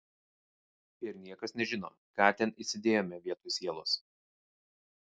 ir niekas nežino ką ten įsidėjome vietoj sielos